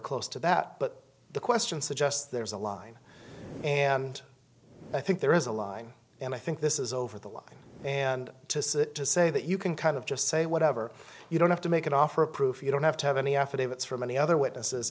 close to that but the question suggests there's a line and i think there is a line and i think this is over the line and to sit to say that you can kind of just say whatever you don't have to make an offer of proof you don't have to have any affidavits from any other witnesses